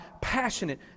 passionate